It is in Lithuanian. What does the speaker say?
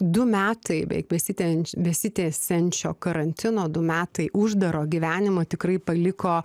du metai beveik besitenč besitęsiančio karantino du metai uždaro gyvenimo tikrai paliko